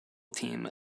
team